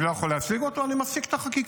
אני לא יכול להשיג אותו, אני מפסיק את החקיקה.